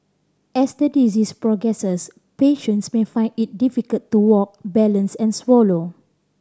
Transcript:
as the disease progresses patients may find it difficult to walk balance and swallow